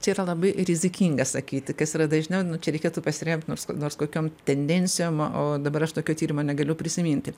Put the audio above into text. čia yra labai rizikinga sakyti kas yra dažniau čia reikėtų pasiremt nors nors kokiom tendencijom o o dabar aš tokio tyrimo negaliu prisiminti